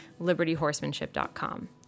libertyhorsemanship.com